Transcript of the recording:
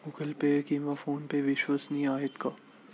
Google Pay किंवा PhonePe विश्वसनीय आहेत का?